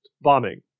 bombing